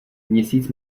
měsíc